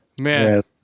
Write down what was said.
man